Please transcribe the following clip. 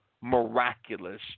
miraculous